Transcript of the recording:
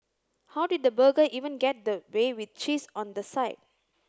how did the burger even get that way with cheese on the side